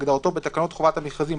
כהגדרתו בתקנות חובת המכרזים,